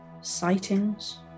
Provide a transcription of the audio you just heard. Sightings